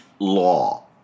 law